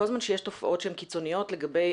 כל זמן שיש תופעות שהן קיצוניות לגבי